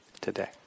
today